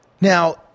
Now